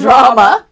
drama